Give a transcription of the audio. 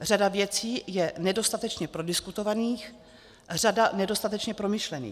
Řada věcí je nedostatečně prodiskutovaných, řada nedostatečně promyšlených.